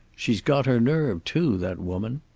she's got her nerve, too, that woman.